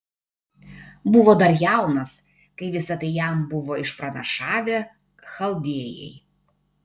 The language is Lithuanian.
buvo dar jaunas kai visa tai jam buvo išpranašavę chaldėjai